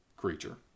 creature